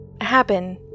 happen